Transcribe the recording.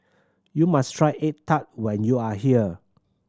you must try egg tart when you are here